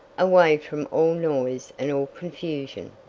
away from all noise and all confusion.